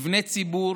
מבני ציבור,